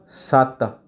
ਸੱਤ